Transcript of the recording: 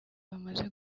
bamaze